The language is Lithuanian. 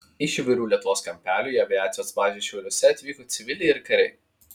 iš įvairių lietuvos kampelių į aviacijos bazę šiauliuose atvyko civiliai ir kariai